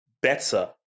better